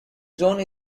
zone